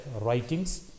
writings